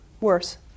worse